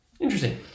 Interesting